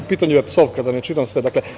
U pitanju je psovka, da ne čitam sve, dakle.